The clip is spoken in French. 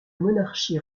monarchie